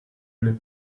les